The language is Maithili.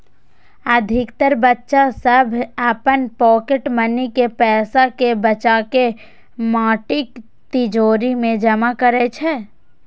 अधिकतर बच्चा सभ अपन पॉकेट मनी के पैसा कें बचाके माटिक तिजौरी मे जमा करै छै